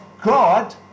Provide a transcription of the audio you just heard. God